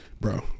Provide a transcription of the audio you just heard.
Bro